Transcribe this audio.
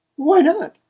why not?